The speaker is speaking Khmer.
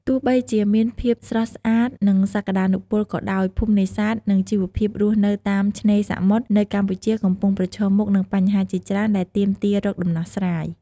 ទោះបីជាមានភាពស្រស់ស្អាត និងសក្តានុពលក៏ដោយ ភូមិនេសាទ និងជីវភាពរស់នៅតាមឆ្នេរសមុទ្រនៅកម្ពុជាកំពុងប្រឈមមុខនឹងបញ្ហាជាច្រើនដែលទាមទាររកដំណោះស្រាយ។